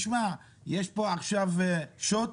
תשמע יש פה עכשיו דרישות,